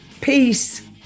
Peace